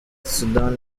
sudan